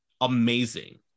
amazing